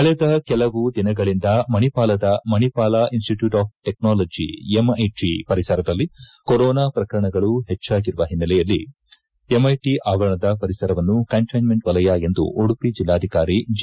ಕಳೆದ ಕೆಲವು ದಿನಗಳಿಂದ ಮಣಿಪಾಲದ Manipal institute of technology MIT ಪರಿಸರದಲ್ಲಿ ಕೊರೋನ ಪ್ರಕರಣಗಳು ಪೆಚ್ಚಾಗಿರುವ ಹಿನ್ನೆಲೆಯಲ್ಲಿ ಎಂಐಟಿ ಅವರಣದ ಪರಿಸರವನ್ನು ಕಂಟೈನ್ಮೆಂಟ್ ವಲಯ ಎಂದು ಉಡುಪಿ ಜಿಲ್ಲಾಧಿಕಾರಿ ಜಿ